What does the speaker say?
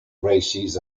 races